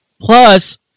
plus